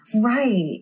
Right